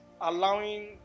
allowing